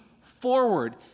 forward